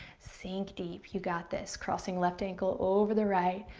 sink deep. you got this. crossing left ankle over the right,